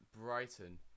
Brighton